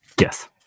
Yes